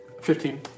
Fifteen